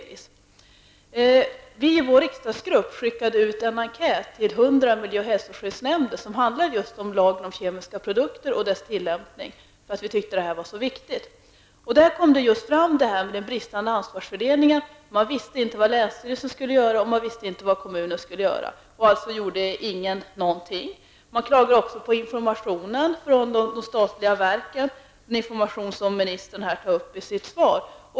Vi i miljöpartiets riksdagsgrupp har skickat ut en enkät om just lagen om kemiska produkter och dess tillämpning till 100 miljö och hälsoskyddsnämnder. Vi tycker nämligen att de här frågorna är mycket viktiga. Där framkom just detta med den bristande ansvarsfördelningen. Man visste inte vad länsstyrelsen skulle göra och vad kommunen skulle göra, och därför gjorde man inte någonting alls. Man klagade också på informationen från de statliga verken -- den information som ministern här tog upp i sitt svar.